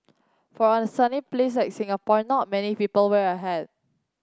for a sunny please like Singapore not many people wear a hat